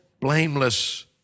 blameless